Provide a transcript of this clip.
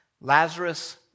Lazarus